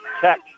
Check